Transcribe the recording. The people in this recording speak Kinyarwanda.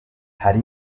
hari